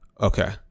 Okay